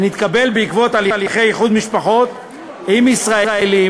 שנתקבל בעקבות הליכי איחוד משפחות עם ישראלים,